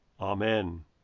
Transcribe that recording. Amen